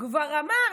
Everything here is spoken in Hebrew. כבר הכניס אותו לכלא,